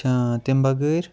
تمہِ بَغٲر